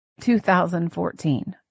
2014